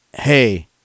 Hey